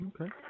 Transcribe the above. okay